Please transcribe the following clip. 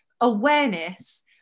awareness